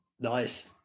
Nice